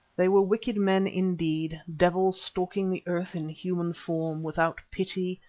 they were wicked men indeed, devils stalking the earth in human form, without pity,